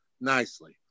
nicely